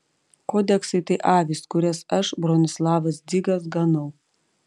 kodeksai tai avys kurias aš bronislovas dzigas ganau